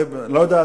אני לא יודע,